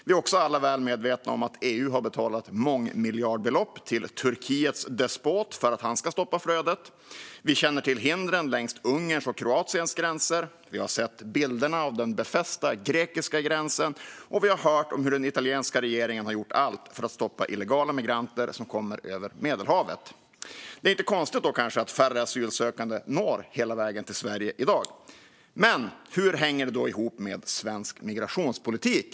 Vi är också alla väl medvetna om att EU har betalat mångmiljardbelopp till Turkiets despot för att han ska stoppa flödet. Vi känner till hindren längs Ungerns och Kroatiens gränser. Vi har sett bilderna av den befästa grekiska gränsen, och vi har hört om hur den italienska regeringen har gjort allt för att stoppa illegala migranter som kommer över Medelhavet. Det är då kanske inte konstigt att färre asylsökande i dag når hela vägen till Sverige. Men hur hänger det ihop med svensk migrationspolitik?